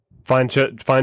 Find